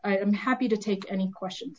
i'm happy to take any questions